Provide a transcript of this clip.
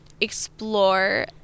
explore